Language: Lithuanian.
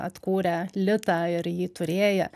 atkūrę litą ir jį turėję